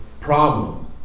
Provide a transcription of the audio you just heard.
problem